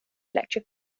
electric